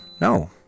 no